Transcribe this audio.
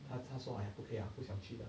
他他说哎呀不可以啊不想去了